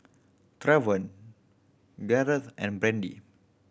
Travon Garret and Brady